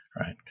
right